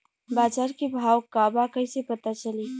बाजार के भाव का बा कईसे पता चली?